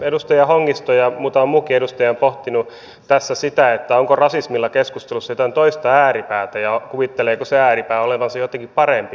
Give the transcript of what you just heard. edustaja hongisto ja muutama muukin edustaja on pohtinut tässä onko rasismilla keskustelussa jotain toista ääripäätä ja kuvitteleeko se ääripää olevansa jotenkin parempi